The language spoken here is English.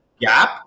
gap